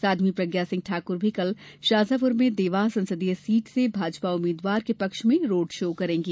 साध्वी प्रज्ञा सिंह ठाक्र भी कल शाजापुर में देवास संसदीय सीट से भाजपा उम्मीद्वार के पक्ष में रोड शो करेंगी